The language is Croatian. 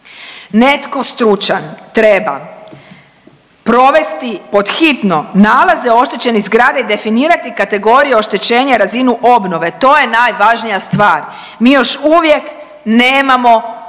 Netko stručan treba provesti pod hitno nalaze oštećenih zgrada i definirati kategorije oštećenja i razinu obnove, to je najvažnija stvar. Mi još uvijek nemamo službenu